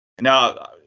Now